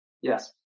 Yes